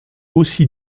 aussi